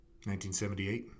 1978